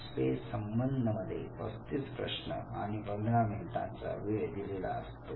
space संबंध मध्ये 35 प्रश्न आणि 15 मिनिटांचा वेळ दिलेला असतो